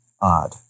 odd